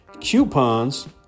coupons